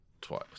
twice